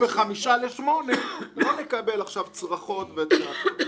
שלא נקבל עכשיו צרחות וצעקות אם יגיעו ב-07:55.